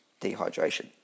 dehydration